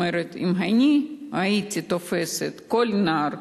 אומרת: אם אני הייתי תופסת כל נער,